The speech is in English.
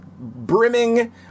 brimming